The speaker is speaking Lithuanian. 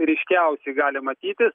ryškiausiai gali matytis